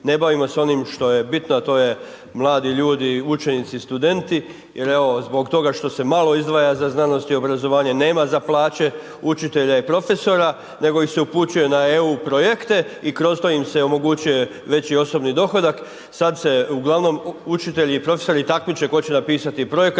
ne bavimo se onim što je bitno a to je mladi ljudi, učenici i studenti jer evo zbog toga što se malo izdvaja za znanost i obrazovanje, nema za plaće učitelja i profesora nego se ih se upućuje na EU projekte i kroz to im se omogućuje veći osobni dohodak, sad se uglavnom učitelji i profesori takmiče tko će napisati projekat,